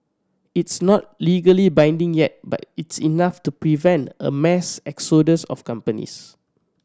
it's not legally binding yet but it's enough to prevent a mass exodus of companies